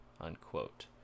Unquote